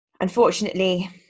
unfortunately